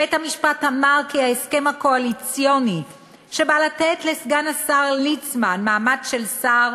בית-המשפט אמר כי ההסכם הקואליציוני שבא לתת לסגן השר ליצמן מעמד של שר,